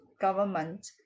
government